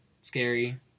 Scary